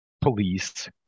police